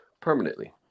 permanently